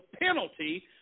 penalty